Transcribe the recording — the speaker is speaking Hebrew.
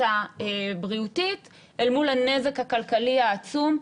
הבריאותית אל מול הנזק הכלכלי העצום.